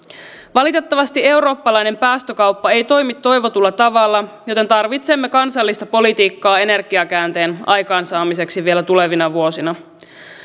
valitettavasti eurooppalainen päästökauppa ei toimi toivotulla tavalla joten tarvitsemme kansallista politiikkaa energiakäänteen aikaansaamiseksi vielä tulevina vuosina